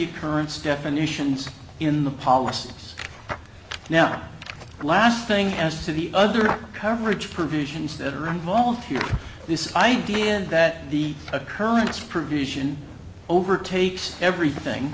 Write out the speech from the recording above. occurrence definitions in the policies now last thing as to the other coverage provisions that are involved here this idea that the occurrence provision overtakes everything